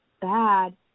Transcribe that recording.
bad